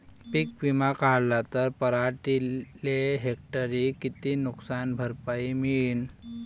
पीक विमा काढला त पराटीले हेक्टरी किती नुकसान भरपाई मिळीनं?